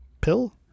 Pill